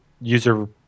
user